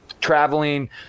traveling